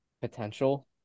potential